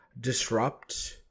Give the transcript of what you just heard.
disrupt